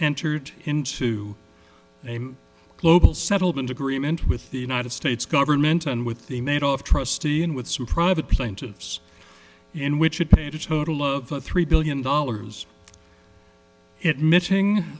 entered into a global settlement agreement with the united states government and with the made off trustee and with some private plaintiffs in which it paid a total of three billion dollars it missing